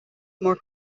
more